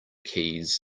keys